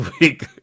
week